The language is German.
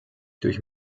durch